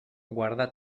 guarda